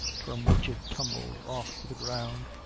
from which it tumbled off to the ground,